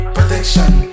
Protection